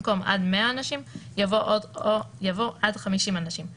במקום "עד 100 אנשים" יבוא "עד 50 אנשים";